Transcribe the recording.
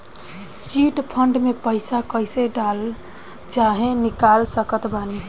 Chit fund मे पईसा कईसे डाल चाहे निकाल सकत बानी?